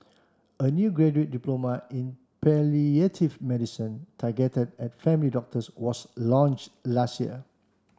a new graduate diploma in palliative medicine targeted at family doctors was launch last year